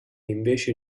invece